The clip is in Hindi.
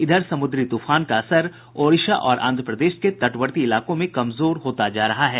इधर समुद्री तूफान का असर ओड़िशा और आंध्रप्रदेश के तटवर्ती इलाकों में कमजोर होता जा रहा है